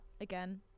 again